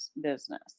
business